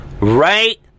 Right